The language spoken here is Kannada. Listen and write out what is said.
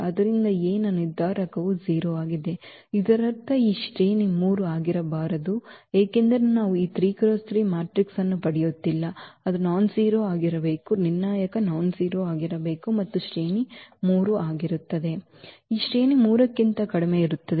ಆದ್ದರಿಂದ A ಯ ನಿರ್ಧಾರಕವು 0 ಆಗಿದೆ ಇದರರ್ಥ ಈಗ ಶ್ರೇಣಿ 3 ಆಗಿರಬಾರದು ಏಕೆಂದರೆ ನಾವು ಈ 3 × 3 ಮ್ಯಾಟ್ರಿಕ್ಸ್ ಅನ್ನು ಪಡೆಯುತ್ತಿಲ್ಲ ಅದು ನಾನ್ ಜೀರೋ ಆಗಿರಬೇಕು ನಿರ್ಣಾಯಕ ನಾನ್ ಜೀರೋ ಆಗಿರಬೇಕು ಮತ್ತು ಶ್ರೇಣಿ 3 ಆಗಿರುತ್ತದೆ ಈಗ ಶ್ರೇಣಿ 3 ಕ್ಕಿಂತ ಕಡಿಮೆಯಿರುತ್ತದೆ